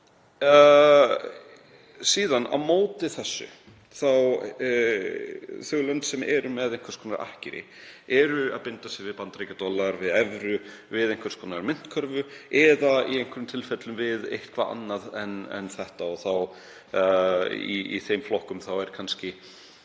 Síðan á móti þessu eru lönd sem eru með einhvers konar akkeri, binda sig við bandaríkjadollar, við evru, við einhvers konar myntkörfu eða í einhverjum tilfellum við eitthvað annað en þetta. Í þeim flokkum er kannski